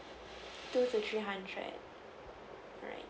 two to three hundred alright